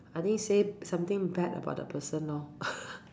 I think say something bad about the person lor